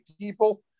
people